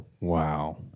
wow